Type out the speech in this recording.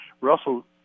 Russell